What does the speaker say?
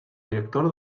director